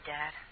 Dad